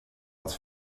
att